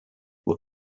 will